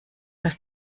dass